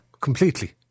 completely